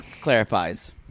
Clarifies